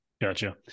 Gotcha